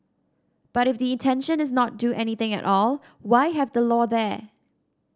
but if the intention is not do anything at all why have the law there